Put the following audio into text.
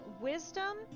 wisdom